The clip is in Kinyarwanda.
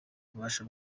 ububasha